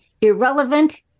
irrelevant